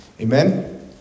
Amen